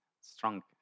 strong